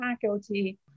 faculty